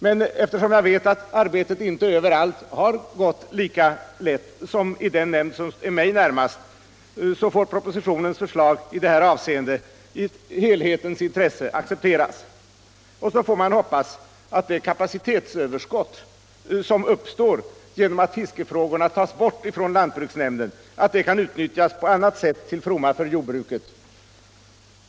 Men eftersom jag vet att arbetet inte överallt har gått lika bra som i den nämnd som är mig närmast får propositionsförslaget i det här avseendet i helhetens intresse accepteras, och vi får hoppas att det kapacitetsöverskott som uppstår genom att fiskefrågorna tas bort från lantbruksnämnden kan utnyttjas på annat sätt till fromma för jordbruket.